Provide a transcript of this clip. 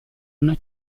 una